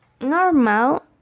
normal